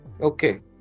Okay